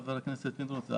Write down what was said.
חבר הכנסת פינדרוס,